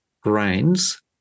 grains